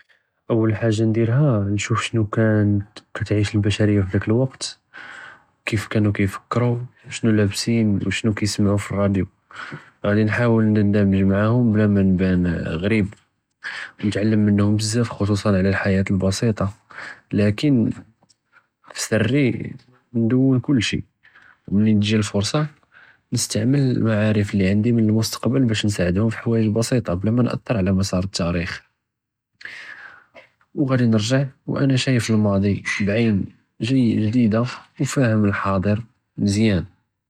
אַוַּל חַאגַ'ה מַנְדִירְהַאש נְשוּף שְנוּ כַּאנ תְעִיש לִבַּשַרִיַּה קֻדַּאם לְוַקְת، כִּיף כַּאנוּ כִּיפְכְּרוּ، וּשְנוּ לַאבְּסִין، וּשְנוּ כַּאנוּ יִסְמְעוּ פְּרַאדְיוֹ، עַאדִי נְחַאוֶול נְנְדַאמֶג׳ מַעַאהֻם، בְּלַא מַנְבַּאן עְ׳רִיבּ، נְתְעַלַּם מִנְהֻם בְּזַאף חְ׳צוּסַן עלא לְחְיַאה לְבְּסִיטַה، לַכִּן פְסִירִי כַּנְדוּן כֻּלְשִי، מְנִין גִ׳י לִי פֻרְצַה، נְסְתַעְ׳מֶל לְמַעָארֶף לִעַנְדִי מִלְמֻסְתַקְבַּל בַּאש נְסַאעְדְהֻם לִחְוָאיְ׳ג בְּסִיטַה، בְּלַא מַנְאַתְ׳ּר עלא מַסְרַא תַארִיח، וְעַאדִי נְרְגַּע וְאַנַא שַאיֶף לִמַאדִי בְּעִין גְ׳דִידַה וּפַאהֵם לְחַאדְ׳ר מְזִיַאן.